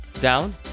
down